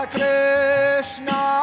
Krishna